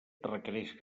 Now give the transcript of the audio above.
requereix